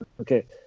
Okay